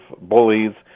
bullies